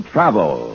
Travel